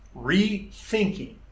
Rethinking